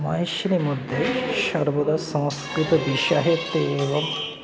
माहेश्रि मध्ये सर्वदा संस्कृत विषये ते एवम्